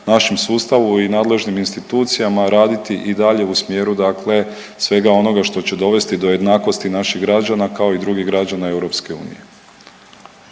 našem sustavu i nadležnim institucijama raditi i dalje u smjeru dakle svega onoga što će dovesti do jednakosti naših građana, kao i drugih građana EU.